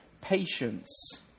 patience